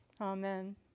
Amen